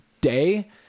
day